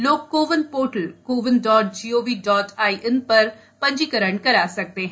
लोग CoWIN portal CoWIN dot GOV dot IN पर पंजीकरण करा सकते हैं